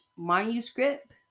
manuscript